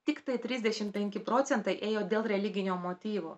tiktai trisdešimt penki procentai ėjo dėl religinio motyvo